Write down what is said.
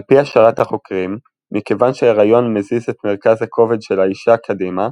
על פי השערת החוקרים מכיוון שהיריון מזיז את מרכז הכובד של האישה קדימה,